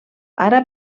ara